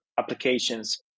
applications